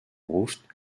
gust